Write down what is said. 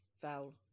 Vowel